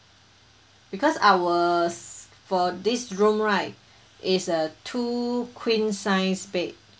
because ours for this room right is a two queen size bed